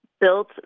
built